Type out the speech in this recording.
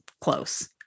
close